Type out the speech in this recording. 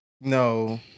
no